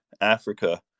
Africa